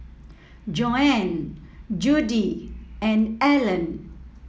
Joann Judi and Alan